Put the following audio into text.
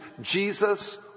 Jesus